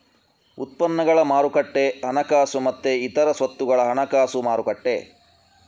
ಉತ್ಪನ್ನಗಳ ಮಾರುಕಟ್ಟೆ ಹಣಕಾಸು ಮತ್ತೆ ಇತರ ಸ್ವತ್ತುಗಳ ಹಣಕಾಸು ಮಾರುಕಟ್ಟೆ